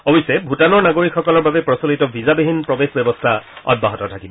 অৱশ্যে ভূটানৰ নাগৰিকসকলৰ বাবে প্ৰচলিত ভিছাবিহীন প্ৰৱেশ ব্যৱস্থা অব্যাহত থাকিব